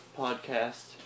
podcast